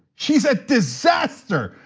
she's a disaster!